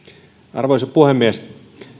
arvoisa puhemies